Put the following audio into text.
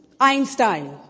Einstein